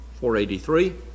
483